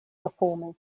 performers